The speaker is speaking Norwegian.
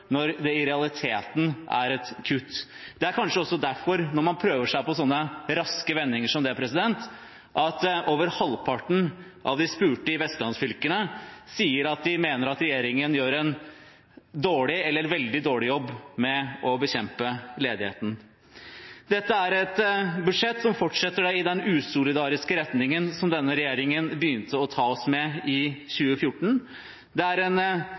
når det i realiteten er et kutt. Det er kanskje også derfor, når man prøver seg på sånne raske vendinger som det, over halvparten av de spurte i Vestlands-fylkene sier at de mener regjeringen gjør en dårlig eller veldig dårlig jobb med å bekjempe ledigheten. Dette er et budsjett som fortsetter i den usolidariske retningen som denne regjeringen begynte å ta oss i, i 2014. Det er en regjering som prioriterer å bruke de store pengene på skattekutt. Det er en